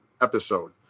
episode